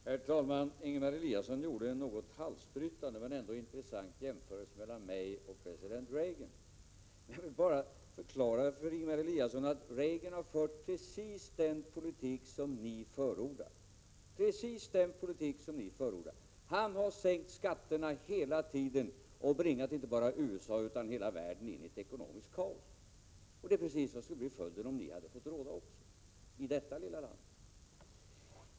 Herr talman! Ingemar Eliasson gjorde en något halsbrytande men ändå intressant jämförelse mellan mig och president Reagan. Jag vill bara förklara för Ingemar Eliasson att Reagan har fört precis den politik som ni förordar. Han har sänkt skatterna hela tiden och bringat inte bara USA utan hela världen in i ett ekonomiskt kaos. Det är också vad som skulle ha blivit följden, om ni hade fått råda i detta lilla land.